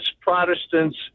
Protestants